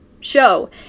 show